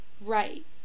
Right